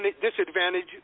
disadvantage